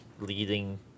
leading